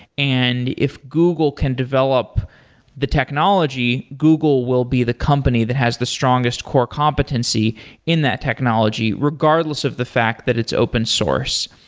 and if google can develop the technology, google will be the company that has the strongest core competency in that technology regardless of the fact that it's open source.